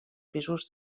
pisos